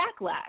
backlash